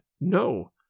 No